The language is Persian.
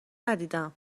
ندیدم